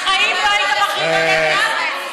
בחיים לא היית מחליף את דגל ישראל.